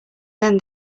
then